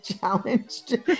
challenged